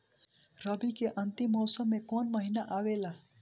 रवी के अंतिम मौसम में कौन महीना आवेला?